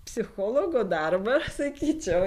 psichologo darbą sakyčiau